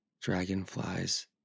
dragonflies